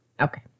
okay